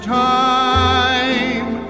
time